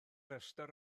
rhestr